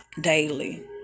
daily